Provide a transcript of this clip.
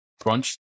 crunch